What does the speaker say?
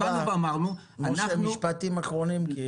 משפטים אחרונים.